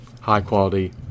high-quality